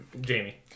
Jamie